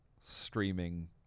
streaming